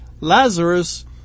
Lazarus